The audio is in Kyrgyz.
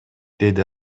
деди